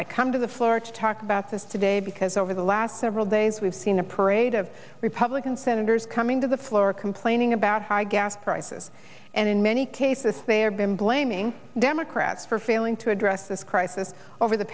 i come to the floor to talk about this today because over the last several days we've seen a parade of republican senators coming to the floor complaining about high gas prices and in many cases they have been blaming democrats for failing to address this crisis over the